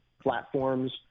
platforms